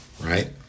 right